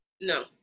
no